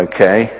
Okay